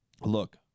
Look